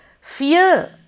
fear